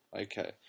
Okay